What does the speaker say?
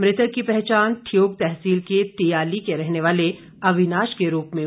मृतक की पहचान ठियोग तहसील के तियाली के रहने वाली अविनाश के रूप में हुई है